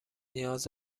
نیاز